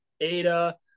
Ada